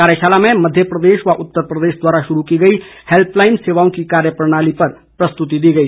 कार्यशाला में मध्य प्रदेश व उत्तर प्रदेश द्वारा शुरू की गई हैल्पलाईन सेवाओं की कार्यप्रणाली पर प्रस्तुति दी गई